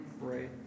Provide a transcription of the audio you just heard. Right